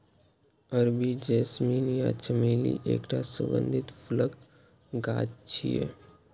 अरबी जैस्मीन या चमेली एकटा सुगंधित फूलक गाछ छियै